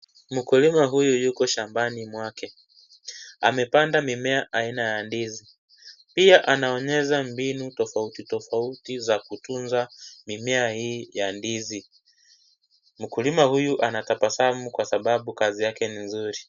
Mkulima huyu yuko shambani mwake amepanda mimea aina ya ndizi pia anaonyesha mbinu tofauti tofauti za kutunza mimea hii ya ndizi mkulima huyu anatabasamu kwa sababu kwa sababu kazi yake ni mzuri.